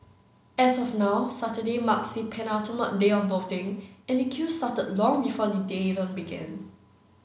as of now Saturday marks the penultimate day of voting and the queue started long before the day even began